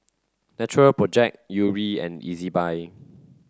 natural project Yuri and Ezbuy